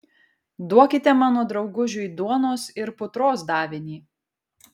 duokite mano draugužiui duonos ir putros davinį